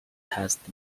test